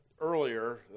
earlier